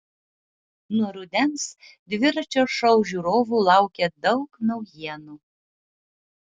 nuo rudens dviračio šou žiūrovų laukia daug naujienų